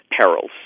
perils